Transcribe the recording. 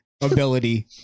ability